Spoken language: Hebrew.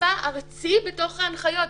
אכיפה ארצי בתוך ההנחיות?